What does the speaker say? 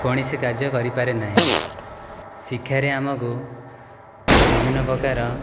କୌଣସି କାର୍ଯ୍ୟ କରିପାରେ ନାହିଁ ଶିକ୍ଷାରେ ଆମକୁ ବିଭିନ୍ନପ୍ରକାର